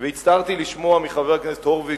והצטערתי לשמוע מחבר הכנסת הורוביץ